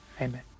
Amen